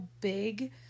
big